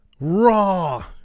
Raw